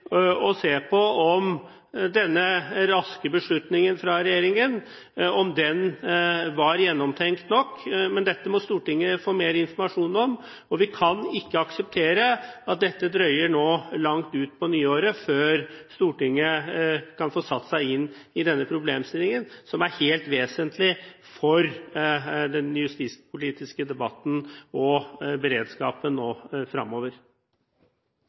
se på om denne raske beslutningen fra regjeringen var gjennomtenkt nok. Dette må Stortinget få mer informasjon om. Vi kan ikke akseptere at det drøyer langt ut på nyåret før Stortinget kan få satt seg inn i denne problemstillingen, som er helt vesentlig for den justispolitiske debatten og for beredskapen